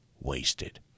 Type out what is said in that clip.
wasted